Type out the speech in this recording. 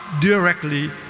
directly